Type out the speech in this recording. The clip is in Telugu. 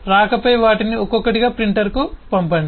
రాకపై వాటిని ఒక్కొక్కటిగా ప్రింటర్కు పంపండి